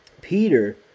Peter